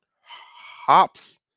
Hops